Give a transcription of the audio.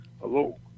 hello